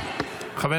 בבקשה.